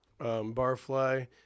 barfly